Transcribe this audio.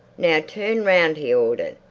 now turn round! he ordered.